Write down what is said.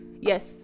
yes